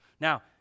Now